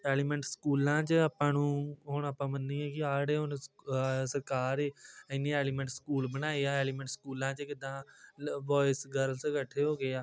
element ਸਕੂਲਾਂ 'ਚ ਆਪਾਂ ਨੂੰ ਹੁਣ ਆਪਾਂ ਮੰਨੀਏ ਕਿ ਆਹ ਜਿਹੜੇ ਹੁਣ ਸਰਕਾਰ ਹੈ ਇੰਨੀ ਐਲੀਮੈਂਟ ਸਕੂਲ ਬਣਾਏ ਆ ਐਲੀਮੈਂਟ ਸਕੂਲਾਂ 'ਚ ਕਿੱਦਾਂ ਬੋਆਏਸ ਗਰਲਸ ਇਕੱਠੇ ਹੋ ਗਏ ਆ